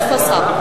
איפה השר?